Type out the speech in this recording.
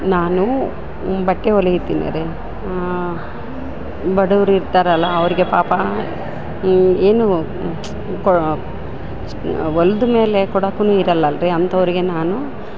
ನಾನು ಬಟ್ಟೆ ಹೊಲಿಯುತ್ತಿನರೇ ಬಡವ್ರು ಇರ್ತಾರಲ್ಲ ಅವರಿಗೆ ಪಾಪ ಏನು ಕೊ ಹೊಲ್ದ್ ಮೇಲೆ ಕೊಡೊಕ್ಕು ಇರಲ್ಲಲ್ಲ ರಿ ಅಂಥವ್ರಿಗೆ ನಾನು